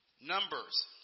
Numbers